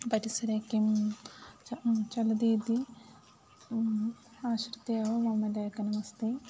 परिसरे किं चं चलति इति आश्रित्य एव मम लेखनमस्ति